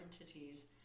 entities